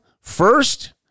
first